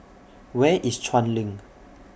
Where IS Chuan LINK